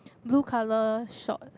blue colour shorts